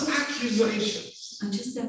accusations